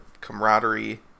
camaraderie